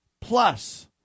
plus